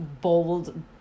bold